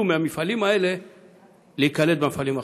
מהמפעלים האלה להיקלט במפעלים החדשים?